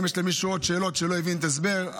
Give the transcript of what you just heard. אם יש למישהו עוד שאלות שלא הבין וצריך הסבר,